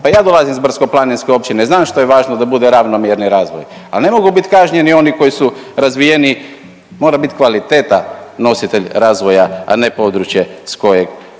i ja dolazim iz brdsko-planinske općine, znam što je važno da bude ravnomjerni razvoj, ali ne mogu biti kažnjeni oni koji su razvijeniji, mora biti kvaliteta nositelj razvoja, a ne područje s kojeg